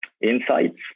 insights